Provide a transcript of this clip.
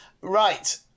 Right